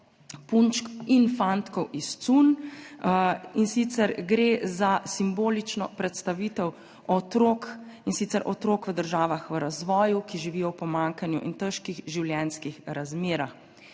punčk in fantkov iz cunj. Gre za simbolično predstavitev otrok, in sicer otrok v državah v razvoju, ki živijo v pomanjkanju in težkih življenjskih razmerah.